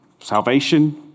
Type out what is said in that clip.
salvation